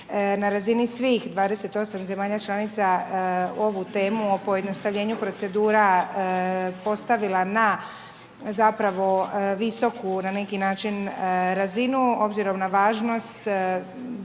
na razini svih 28 zemalja članica ovu temu o pojednostavljenu procedura postavila na zapravo visoku na neki način razinu obzirom na važnost